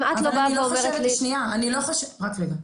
אם את לא באה ואומרת -- שנייה רק רגע,